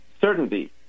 certainty